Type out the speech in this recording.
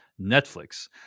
Netflix